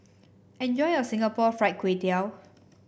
enjoy your Singapore Fried Kway Tiao